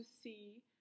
see